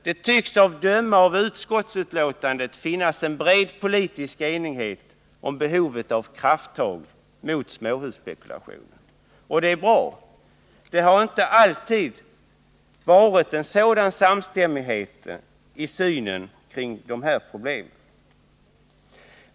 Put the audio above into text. Det tycks att döma av utskottsbetänkandet finnas en bred politisk enighet om behovet av krafttag mot småhusspekulationen. Och det är bra. Det har inte alltid varit en sådan samstämmighet i synen på de här problemen.